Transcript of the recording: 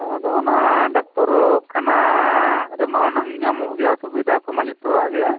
ᱦᱳᱭ ᱟᱫᱚ ᱚᱱᱟ ᱰᱟᱠᱛᱚᱨ ᱠᱷᱟᱱᱟ ᱨᱮᱢᱟ ᱦᱩᱱᱟᱹᱝ ᱧᱟᱢᱚᱜ ᱜᱮᱭᱟ ᱥᱩᱵᱤᱫᱷᱟ ᱠᱚᱢᱟ ᱡᱚᱛᱚᱣᱟᱜ ᱜᱮ